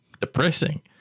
depressing